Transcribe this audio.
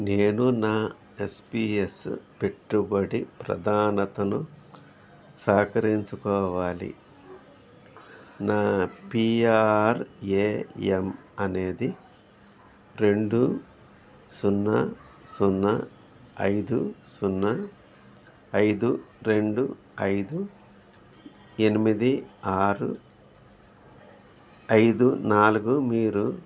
నేను నా ఎస్పీఎస్ పెట్టుబడి ప్రాధానతను సహకరించుకోవాలి నా పీ ఆర్ ఏ ఎమ్ అనేది రెండు సున్నా సున్నా ఐదు సున్నా ఐదు రెండు ఐదు ఎనిమిది ఆరు ఐదు నాలుగు మీరు